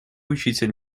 учитель